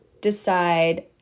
decide